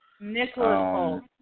Nicholas